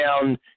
down